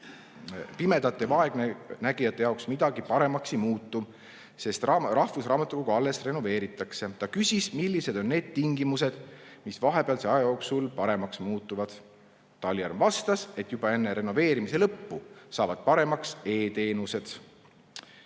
pimedate ja vaegnägijate jaoks kohe midagi paremaks ei muutu, sest rahvusraamatukogu alles renoveeritakse. Ta küsis, millised on need tingimused, mis vahepealse aja jooksul paremaks muutuvad. Talihärm vastas, et juba enne renoveerimise lõppu saavad paremaks e‑teenused.